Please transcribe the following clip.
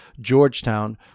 Georgetown